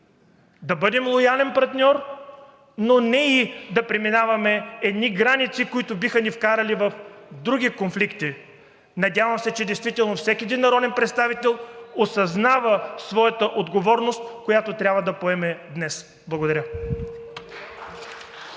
Да бъдем лоялен партньор, но не и да преминаваме едни граници, които биха ни вкарали в други конфликти! Надявам се, че действително всеки народен представител осъзнава своята отговорност, която трябва да поеме днес. Благодаря.